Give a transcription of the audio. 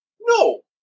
No